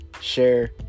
share